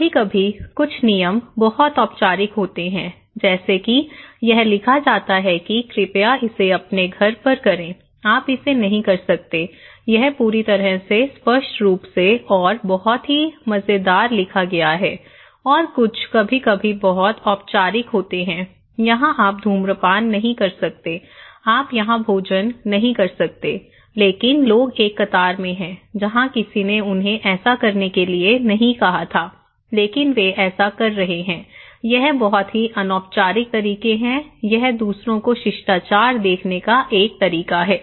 कभी कभी कुछ नियम बहुत औपचारिक होते हैं जैसे कि यह लिखा जाता है कि कृपया इसे अपने घर पर करें आप इसे नहीं कर सकते यह पूरी तरह से स्पष्ट रूप से और बहुत ही मजेदार लिखा गया है और कुछ कभी कभी बहुत औपचारिक होते हैं यहां आप धूम्रपान नहीं कर सकते आप यहां भोजन नहीं कर सकते लेकिन लोग एक कतार में हैं जहां किसी ने उन्हें ऐसा करने के लिए नहीं कहा था लेकिन वे ऐसा कर रहे हैं यह बहुत ही अनौपचारिक तरीके है यह दूसरों को शिष्टाचार दिखाने का एक तरीका है